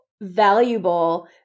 valuable